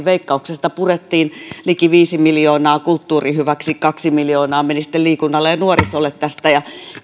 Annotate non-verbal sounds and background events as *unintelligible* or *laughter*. *unintelligible* veikkauksesta purettiin liki viisi miljoonaa kulttuurin hyväksi kaksi miljoonaa meni sitten liikunnalle ja nuorisolle tästä